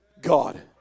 God